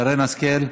שרן השכל,